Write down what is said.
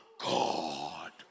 God